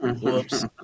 Whoops